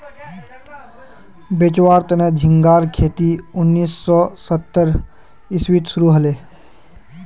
बेचुवार तने झिंगार खेती उन्नीस सौ सत्तर इसवीत शुरू हले